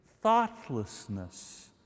thoughtlessness